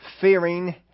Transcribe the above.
fearing